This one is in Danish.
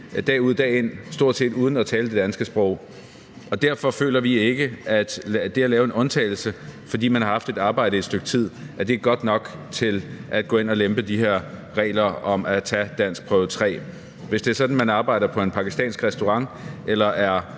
dag ud og dag ind stort set uden at tale det danske sprog. Derfor føler vi ikke, der skal laves en undtagelse; altså, vi føler ikke, at det, at man har haft et arbejde et stykke tid, er godt nok til at gå ind og lempe de her regler om at tage danskprøve 3. Hvis det er sådan, at man arbejder på en pakistansk restaurant eller er